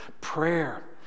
Prayer